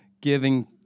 giving